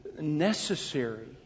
necessary